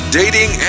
dating